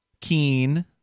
Keen